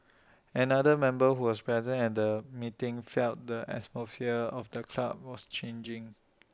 another member who was present at the meeting felt the atmosphere of the club was changing